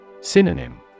Synonym